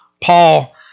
paul